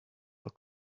but